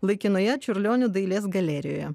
laikinoje čiurlionio dailės galerijoje